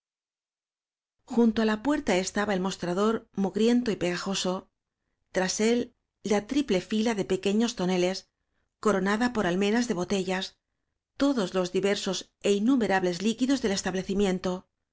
junto á la puerta estaba el mostrador mu griento y pegajoso tras él la triple fila de pequeños toneles coronada por almenas de botellas todos los diversos é innumerables lí quidos del establecimiento